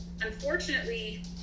unfortunately